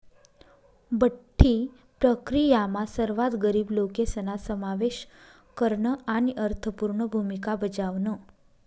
बठ्ठी प्रक्रीयामा सर्वात गरीब लोकेसना समावेश करन आणि अर्थपूर्ण भूमिका बजावण